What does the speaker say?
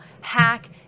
hack